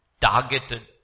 targeted